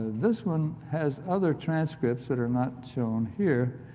this one has other transcripts that are not shown here